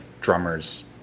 drummers